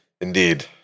Indeed